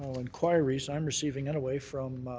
inquiries. i'm receiving, anyway, from